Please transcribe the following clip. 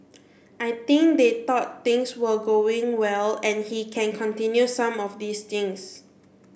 I think they thought things were going well and he can continue some of these things